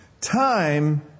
time